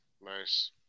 nice